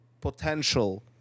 potential